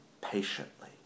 patiently